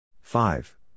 five